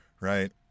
Right